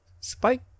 Spike